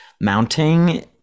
mounting